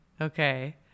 okay